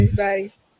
bye